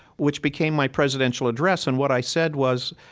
which became my presidential address. and what i said was,